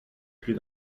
plus